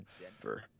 Denver